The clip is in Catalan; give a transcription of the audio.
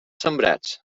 sembrats